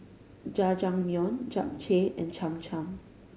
Jajangmyeon Japchae and Cham Cham